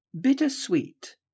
Bittersweet